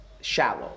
shallow